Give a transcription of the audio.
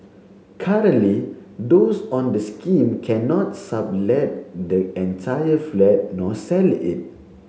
currently those on the scheme cannot sublet the entire flat nor sell it